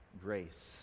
grace